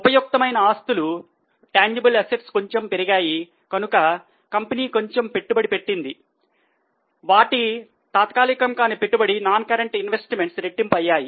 ఉపయుక్తమైన ఆస్తులు రెట్టింపు అయ్యాయి